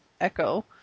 Echo